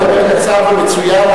אתה מדבר קצר ומצוין.